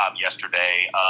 yesterday